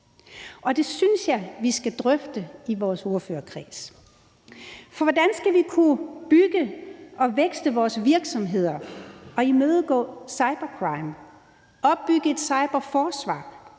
år? Det synes jeg vi skal drøfte i vores ordførerkreds. For hvordan skal vi kunne bygge og vækste vores virksomheder og imødegå cybercrime, opbygge et cyberforsvar,